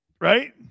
Right